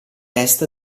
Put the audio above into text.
est